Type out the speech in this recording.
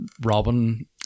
Robin